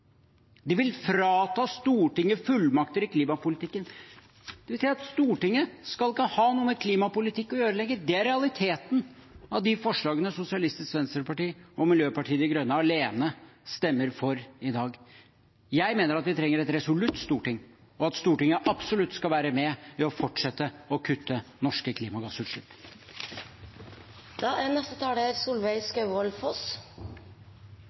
De vil frata Stortinget fullmakter i klimapolitikken, dvs. at Stortinget ikke skal ha noe med klimapolitikk å gjøre lenger. Det er realiteten i de forslagene Sosialistisk Venstreparti og Miljøpartiet De Grønne alene stemmer for i dag. Jeg mener at vi trenger et resolutt storting, og at Stortinget absolutt skal være med på å fortsette å kutte norske klimagassutslipp.